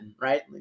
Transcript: right